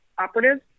operatives